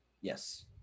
yes